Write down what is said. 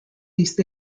east